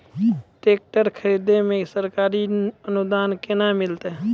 Tractor खरीदै मे सरकारी अनुदान केना मिलतै?